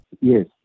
Yes